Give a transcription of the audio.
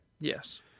Yes